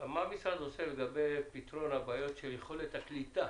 מה המשרד עושה לגבי פתרון הבעיות של יכולת הקליטה